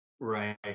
Right